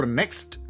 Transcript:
next